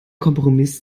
kompromiss